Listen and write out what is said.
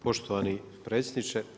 Poštovani predsjedniče.